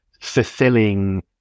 fulfilling